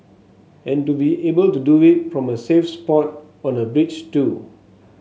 and to be able to do it from a safe spot on a bridge too